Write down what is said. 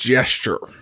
Gesture